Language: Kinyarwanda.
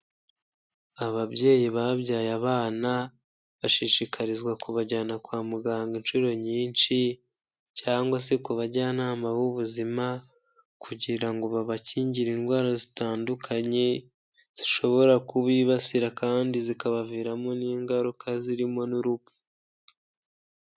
Ababyeyi babyaye abana bashishikarizwa kubajyana kwa muganga inshuro nyinshi cyangwa se ku bajyanama b'ubuzima kugira ngo babakingire indwara zitandukanye, zishobora kubibasira kandi zikabaviramo n'ingaruka zirimo n'urupfu.